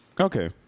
Okay